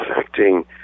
affecting